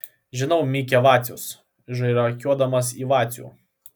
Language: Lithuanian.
žinau mykia vacius žvairakiuodamas į vacių